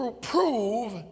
prove